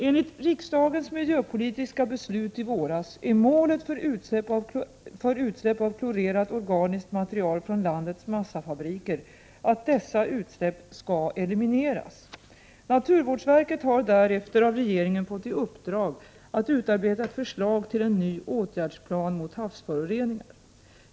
Enligt riksdagens miljöpolitiska beslut i våras är målet för utsläpp av klorerat organiskt material från landets massafabriker att dessa utsläpp skall elimineras. Naturvårdsverket har därefter av regeringen fått i uppdrag att utarbeta ett förslag till en ny åtgärdsplan mot havsföroreningar.